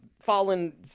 Fallen